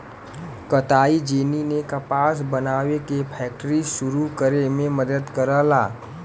कताई जेनी ने कपास बनावे के फैक्ट्री सुरू करे में मदद करला